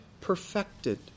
perfected